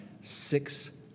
six